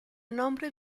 nombre